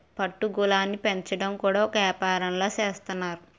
పట్టు గూళ్ళుని పెంచడం కూడా ఒక ఏపారంలా సేత్తన్నారు